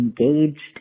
engaged